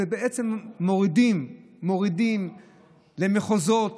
בעצם מורידים את הכנסת עצמה למחוזות